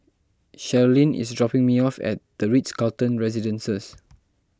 Sherlyn is dropping me off at the Ritz Carlton Residences